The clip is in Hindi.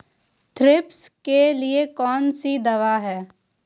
थ्रिप्स के लिए कौन सी दवा है?